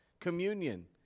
communion